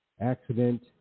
accident